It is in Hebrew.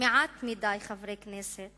מעט מדי חברי כנסת